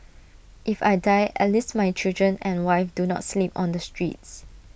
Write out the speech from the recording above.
if I die at least my children and wife do not sleep on the streets